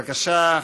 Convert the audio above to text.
בבקשה,